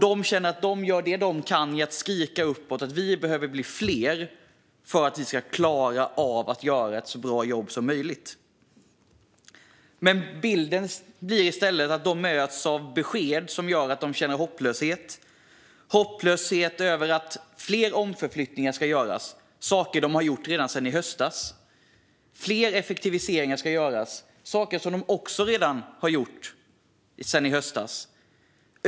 De skriker så högt de kan att de behöver bli fler för att klara av att göra ett så bra jobb som möjligt. Men de möts av besked som gör att de känner hopplöshet över att fler omflyttningar ska göras. Det är saker de gjort sedan i höstas. Fler effektiviseringar ska göras, men det är också sådant de redan har gjort.